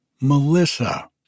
Melissa